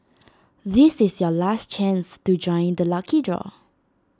this is your last chance to join the lucky draw